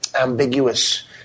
ambiguous